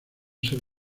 ser